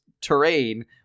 terrain